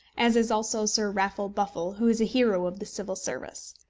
as is also sir raffle buffle, who is a hero of the civil service.